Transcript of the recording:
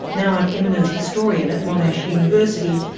now an eminent historian at monash university,